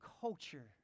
culture